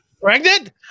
Pregnant